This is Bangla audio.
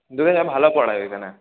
ঢুকে যা ভালো পড়ায় ওইখানে